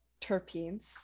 terpenes